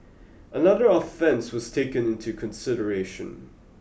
another offence was taken into consideration